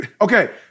Okay